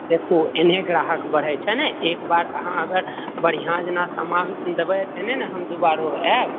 देखू एनाहे ग्राहक बढ़ै छै ने एकबार अहाँ अगर बढ़िआँ जेना समान देबै तहने ने हम दुबारो आएब